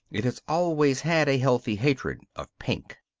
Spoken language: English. it has always had a healthy hatred of pink.